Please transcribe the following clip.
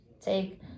take